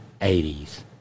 80s